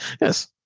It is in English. Yes